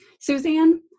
Suzanne